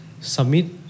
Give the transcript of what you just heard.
submit